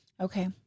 Okay